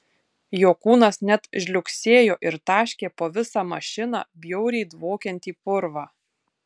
jo kūnas net žliugsėjo ir taškė po visą mašiną bjauriai dvokiantį purvą